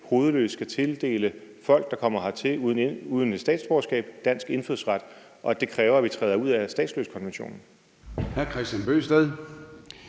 hovedløst skal tildele folk, der kommer hertil uden et statsborgerskab, dansk indfødsret, og at det kræver, at vi træder ud af statsløsekonventionen.